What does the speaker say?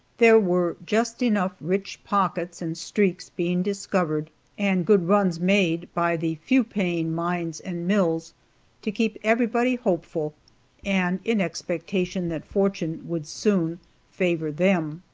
there were just enough rich pockets and streaks being discovered and good runs made by the few paying mines and mills to keep everybody hopeful and in expectation that fortune would soon favor them.